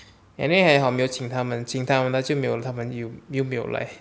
and then 还好没有请他们请他们就没有他们又没有来